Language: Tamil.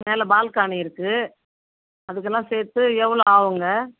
மேலே பால்கானி இருக்குது அதுக்குலாம் சேர்த்து எவ்வளோ ஆகுங்க